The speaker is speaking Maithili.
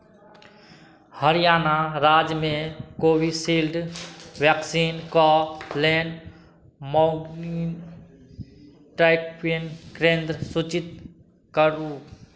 हरियाणा राज्यमे कोविशील्ड वैक्सीनके लेल मो टाइपिन केन्द्र सूचित करू